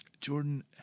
jordan